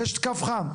יש קו חם.